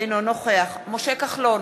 אינו נוכח משה כחלון,